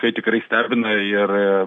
tai tikrai stebina ir